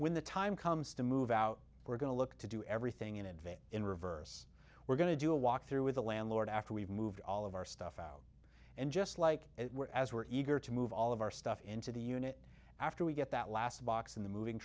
when the time comes to move out we're going to look to do everything in advance in reverse we're going to do a walk through with the landlord after we've moved all of our stuff out and just like it were as were eager to move all of our stuff into the unit after we get that last box in the moving